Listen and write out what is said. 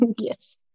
Yes